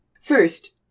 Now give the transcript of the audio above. First